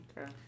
Okay